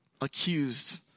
accused